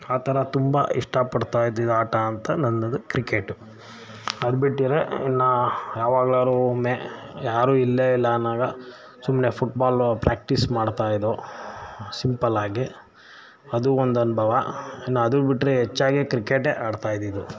ಆ ಥರ ತುಂಬ ಇಷ್ಟಪಡ್ತಾ ಇದ್ದಿದ್ದು ಆಟ ಅಂತ ನನ್ನದು ಕ್ರಿಕೆಟು ಅದು ಬಿಟ್ಟರೆ ಇನ್ನೂ ಯಾವಾಗ್ಲಾದ್ರು ಒಮ್ಮೆ ಯಾರು ಇಲ್ಲೇ ಇಲ್ಲ ಅನ್ನುವಾಗ ಸುಮ್ಮನೆ ಫುಟ್ಬಾಲು ಪ್ರ್ಯಾಕ್ಟೀಸ್ ಮಾಡ್ತಾಯಿದ್ದವು ಸಿಂಪಲ್ಲಾಗಿ ಅದು ಒಂದು ಅನುಭವ ಇನ್ನು ಅದನ್ನ ಬಿಟ್ಟರೆ ಹೆಚ್ಚಾಗಿ ಕ್ರಿಕೆಟೆ ಆಡ್ತಾ ಇದ್ದಿದ್ದು